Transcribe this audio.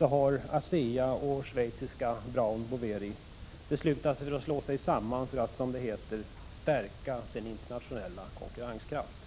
har ASEA och schweiziska Brown Boveri beslutat sig för att slå sig samman för att, som det heter, stärka sin internationella konkurrenskraft.